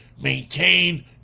maintain